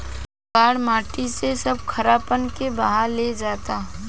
बाढ़ माटी से सब खारापन के बहा ले जाता